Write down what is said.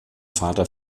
vater